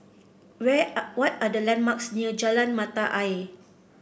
what are the landmarks near Jalan Mata Ayer